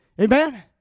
Amen